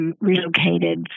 relocated